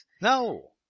No